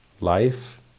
life